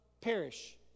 perish